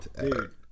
dude